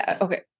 okay